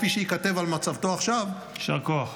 כפי שייכתב על מצבתו עכשיו -- יישר כוח.